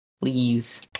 please